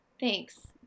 thanks